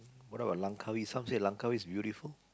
what about Langkawi